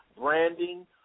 branding